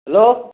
hello